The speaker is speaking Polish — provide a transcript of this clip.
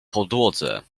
podłodze